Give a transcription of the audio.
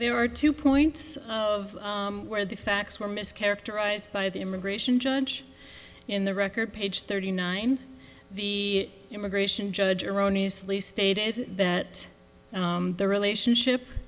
there are two points of where the facts were mischaracterized by the immigration judge in the record page thirty nine the immigration judge erroneously stated that the relationship